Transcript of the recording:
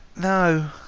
no